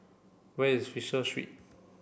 where is Fisher Street